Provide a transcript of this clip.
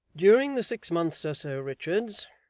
during the six months or so, richards,